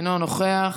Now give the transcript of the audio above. אינו נוכח,